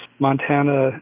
Montana